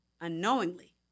unknowingly